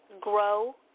grow